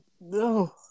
No